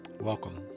Welcome